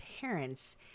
parents